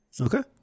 Okay